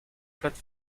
plate